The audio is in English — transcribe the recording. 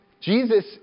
Jesus